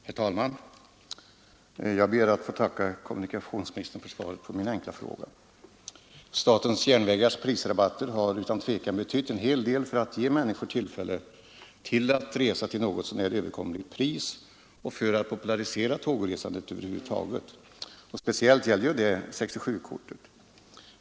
Herr talman! Jag ber att få tacka kommunikationsministern för svaret på min enkla fråga. Statens järnvägars prisrabatter har utan tvivel betytt en hel del för människors möjligheter att resa till något så när överkomligt pris och för att popularisera tågresandet över huvud taget. Speciellt gäller detta 67-kortet.